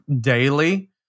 daily